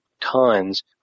tons